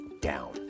down